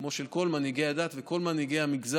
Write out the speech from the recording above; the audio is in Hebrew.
כמו גם של כל מנהיגי הדת וכל מנהיגי המגזר,